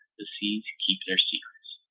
the seas keep their secrets.